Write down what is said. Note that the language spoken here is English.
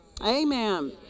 amen